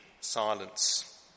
silence